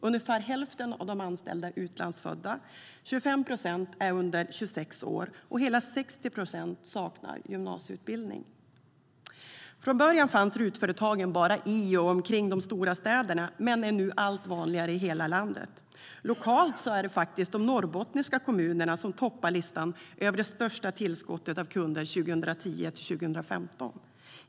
Ungefär hälften av de anställda är utlandsfödda, 25 procent är under 26 år och hela 60 procent saknar gymnasieutbildning.Från början fanns RUT-företagen bara i och omkring de stora städerna, men de är nu allt vanligare i hela landet. Lokalt är det faktiskt de norrbottniska kommunerna som toppar listan över det största tillskottet av kunder 2010-2015.